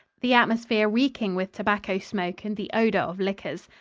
the atmosphere reeking with tobacco smoke and the odor of liquors.